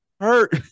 Hurt